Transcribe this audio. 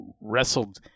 wrestled